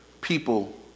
people